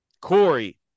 Corey